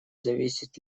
зависеть